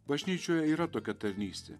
bažnyčioje yra tokia tarnystė